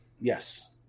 Yes